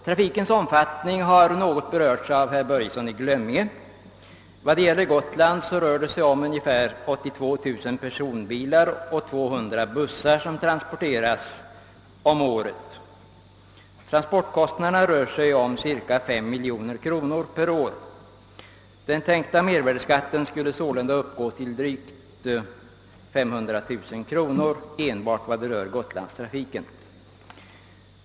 Trafikens omfattning har i viss mån belysts av herr Börjesson i Glömminge, men jag vill nämna att vad beträffar Gotland omfattar transporterna årligen ungefär 82000 personbilar och 200 bussar. Transportkostnaderna rör sig om cirka 5 miljoner kronor per år. Den tänkta mervärdeskatten skulle således uppgå till drygt 500 000 kronor enbart för gotlandstrafiken.